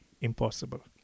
impossible